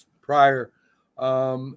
prior